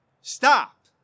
stop